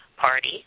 party